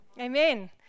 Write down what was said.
Amen